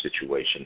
situation